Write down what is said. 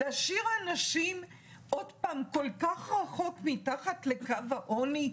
להשאיר אנשים כל כך רחוק מתחת לקו העוני?